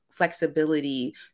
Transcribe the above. flexibility